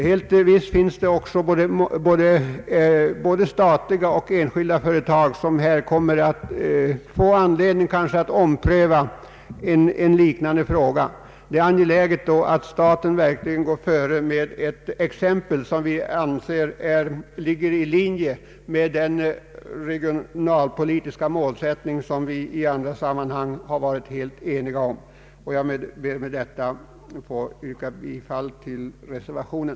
Helt visst finns det både statliga och enskilda företag som kommer att få anledning att pröva liknande frågor. Det är då angeläget att staten går före med ett gott exempel i linje med den regionalpolitiska målsättning som vi i andra sammanhang varit helt överens om. Jag ber med detta, herr talman, att få yrka bifall till reservationen.